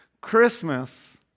Christmas